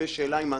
שלא היתה במקור.